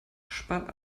spart